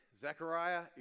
Zechariah